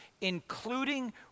including